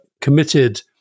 committed